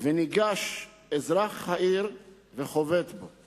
וניגש אזרח העיר וחובט בו,